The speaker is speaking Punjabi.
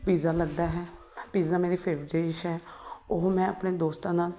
ਪੀਜ਼ਾ ਲੱਗਦਾ ਹੈ ਪੀਜ਼ਾ ਮੇਰੀ ਫੇਵਰੇਟ ਡਿਸ਼ ਹੈ ਉਹ ਮੈਂ ਆਪਣੇ ਦੋਸਤਾਂ ਨਾਲ